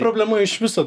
problema iš viso